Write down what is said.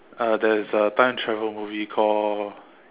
uh there is a time travel movie called